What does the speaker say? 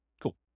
Cool